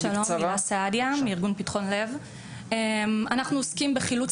שלום, שמי הילה סעדיה ואני מארגון ׳פתחון לב׳.